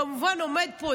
כמובן הוא עומד פה,